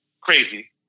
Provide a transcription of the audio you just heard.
Crazy